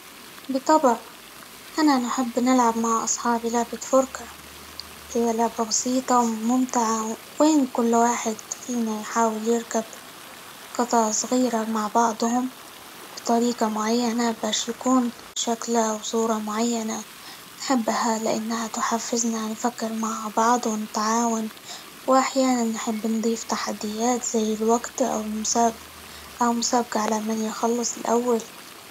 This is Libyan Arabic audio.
بالطبع أنا نحب نلعب مع أصحابي لعبة فرقة، هي لعبة بسيطة وممتعة، وين كل واحد فينا يحاول يركب قطع صغيرة مع بعضهم، بطريقة معينة؛ باش يكون شكل، أو صورة معينة، نحبها؛ لأنها تحفزنا نفكر مع بعض، ونتعاون، وأحيانًا نحب نضيف تحديات زى الوقت، أو -المس- مسابقة على من يخلص الأول.